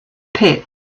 pit